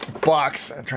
box